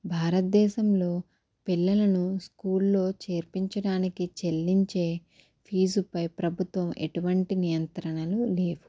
భారద్దేశంలో పిల్లలను స్కూల్లో చేర్పించడానికి చెల్లించే ఫీజుపై ప్రభుత్వం ఎటువంటి నియంత్రణలు లేవు